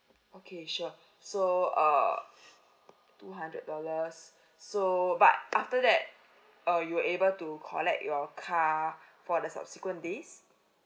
okay sure so uh two hundred dollars so but after that uh you were able to collect your car for the subsequent days